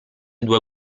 due